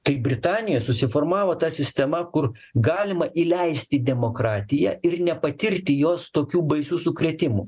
tai britanijoj susiformavo ta sistema kur galima įleisti demokratiją ir nepatirti jos tokių baisių sukrėtimų